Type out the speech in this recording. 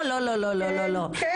לא, לא, לא,